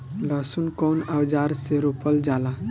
लहसुन कउन औजार से रोपल जाला?